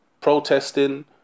protesting